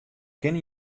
kinne